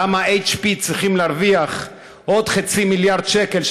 למה HP צריכים להרוויח עוד חצי מיליארד שקל,